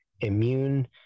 immune